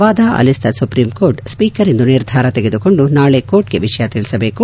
ವಾದ ಆಲಿಸಿದ supreme court speaker ಇಂದು ನಿರ್ಧಾರ ತೆಗೆದುಕೊಂಡು ನಾಳೆ ಕೋರ್ಟ್ ಗೆ ವಿಷಯ ತಿಳಿಸಬೇಕು